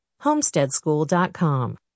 Homesteadschool.com